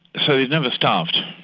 so they've never starved,